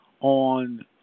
on